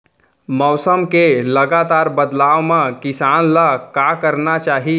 मौसम के लगातार बदलाव मा किसान ला का करना चाही?